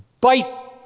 Bite